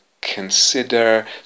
consider